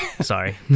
Sorry